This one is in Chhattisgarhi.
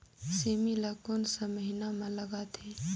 सेमी ला कोन सा महीन मां लगथे?